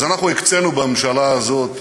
אז אנחנו הקצינו, בממשלה הזאת,